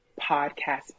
podcast